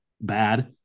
bad